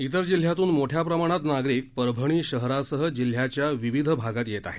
इतर जिल्ह्यातून मोठ्या प्रमाणात नागरिक परभणी शहरासह जिल्ह्याच्या विविध भागात येत आहेत